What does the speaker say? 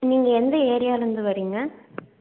நீங்கள் எந்த ஏரியாலந்து வரிங்க